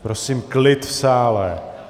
Prosím klid v sále!